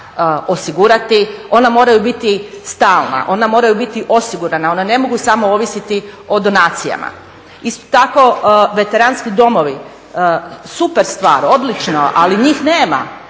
osigurati. Ona moraju biti stalna, ona moraju biti osigurana, ona ne mogu samo ovisiti o donacijama. Isto tako veteranski domovi, super stvar, odlično, ali njih nema,